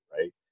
right